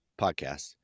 podcast